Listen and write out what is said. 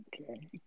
Okay